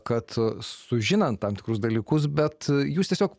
kad sužinant tam tikrus dalykus bet jūs tiesiog